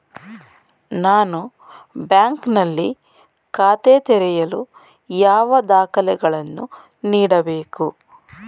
ನಾನು ಬ್ಯಾಂಕ್ ನಲ್ಲಿ ಖಾತೆ ತೆರೆಯಲು ಯಾವ ದಾಖಲೆಗಳನ್ನು ನೀಡಬೇಕು?